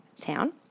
town